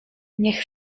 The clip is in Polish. niech